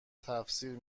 تفسیر